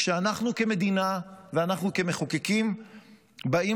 כשאנחנו כמדינה ואנחנו כמחוקקים באים